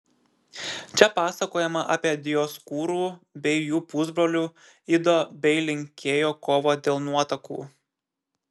čia pasakojama apie dioskūrų bei jų pusbrolių ido bei linkėjo kovą dėl nuotakų